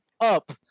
up